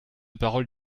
parole